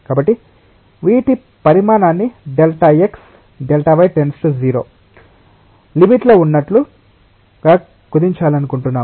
కాబట్టి వీటి పరిమాణాన్ని Δx Δy → 0 లిమిట్ లో ఉన్నట్లుగా కుదించాలనుకుంటున్నాము